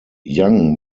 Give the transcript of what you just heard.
young